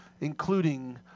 including